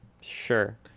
Sure